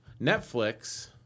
Netflix